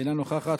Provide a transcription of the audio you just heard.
אינה נוכחת,